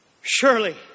Surely